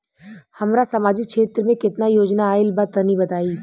हमरा समाजिक क्षेत्र में केतना योजना आइल बा तनि बताईं?